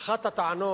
בסדר-היום.